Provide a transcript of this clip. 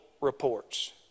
reports